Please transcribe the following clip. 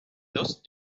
those